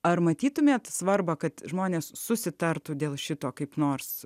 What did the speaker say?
ar matytumėte svarbą kad žmonės susitartų dėl šito kaip nors